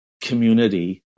community